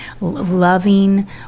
loving